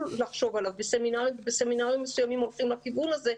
לחשוב עליו ובסמינרים מסוימים הולכים לכיוון הזה.